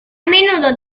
menudo